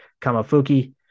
Kamafuki